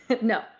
No